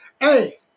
Hey